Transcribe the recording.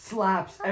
Slaps